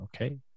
okay